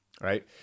right